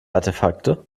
artefakte